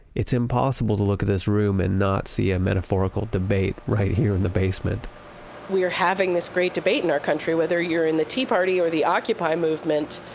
it's impossible to look at this room and not see a metaphorical debate right here in the basement we're having this great debate in our country, whether you're in the tea party or occupy movement,